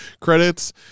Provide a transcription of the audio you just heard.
credits